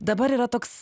dabar yra toks